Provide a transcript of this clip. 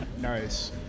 Nice